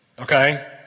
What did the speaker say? Okay